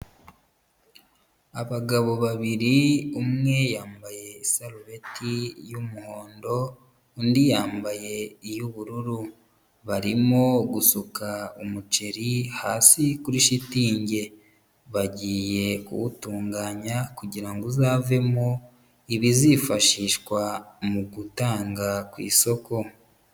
Abagabo babiri umwe yambaye isarubeti y'umuhondo undi yambaye iy'ubururu, barimo gusuka umuceri hasi kuri shitingi, bagiye kuwutunganya kugira ngo uzavemo ibizifashishwa mu gutanga ku isoko.